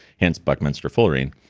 hence, buckminsterfullerene.